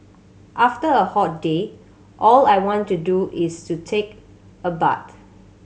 after a hot day all I want to do is to take a bath